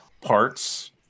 parts